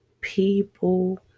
people